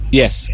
Yes